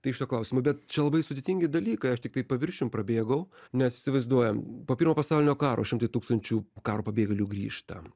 tai šituo klausimu bet čia labai sudėtingi dalykai aš tiktai paviršium prabėgau nes įsivaizduojam po pirmo pasaulinio karo šimtai tūkstančių karo pabėgėlių grįžta